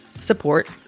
support